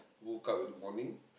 woke up in the morning